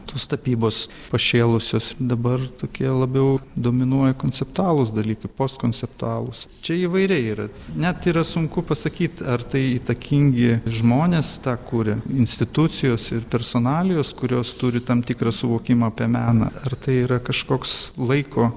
tos tapybos pašėlusios dabar tokie labiau dominuoja konceptualūs dalykaipost konceptualūs čia įvairiai yra net yra sunku pasakyt ar tai įtakingi žmonės tą kuria institucijos ir personalijos kurios turi tam tikrą suvokimą apie meną ar tai yra kažkoks laiko